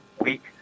week